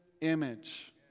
image